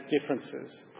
differences